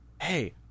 hey